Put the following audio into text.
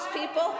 people